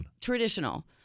Traditional